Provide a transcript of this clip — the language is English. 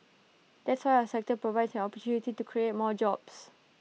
that's why our sector provides an opportunity to create more jobs